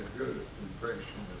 good impression